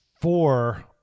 four